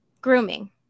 grooming